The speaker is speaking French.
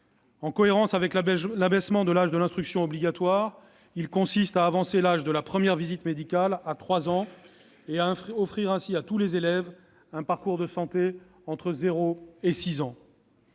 En cohérence avec l'abaissement de l'âge de l'instruction obligatoire, il avance l'âge de la première visite médicale à 3 ans, offrant ainsi à tous les élèves un parcours de santé entre 0 et 6 ans.